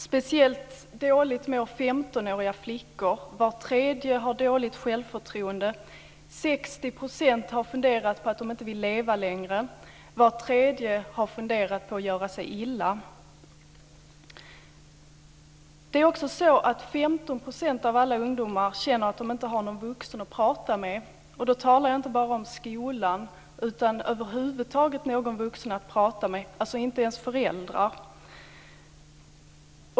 Speciellt dåligt mår 15-åriga flickor. Var tredje har dåligt självförtroende. 60 % har funderat på att de inte vill leva längre. Var tredje har funderat på att göra sig illa. 15 % av alla ungdomar känner att de inte har någon vuxen att tala med. Då talar jag inte bara om skolan utan över huvud taget någon vuxen att prata med, inte ens föräldrar.